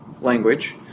language